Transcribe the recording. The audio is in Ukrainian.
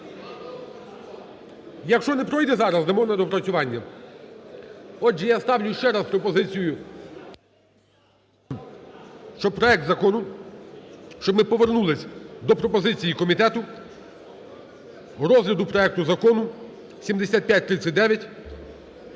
Якщо не пройде зараз, дамо на доопрацювання. Отже, я ставлю ще раз пропозицію, щоб проект закону… щоб ми повернулися до пропозиції комітету розгляду проекту Закону 7539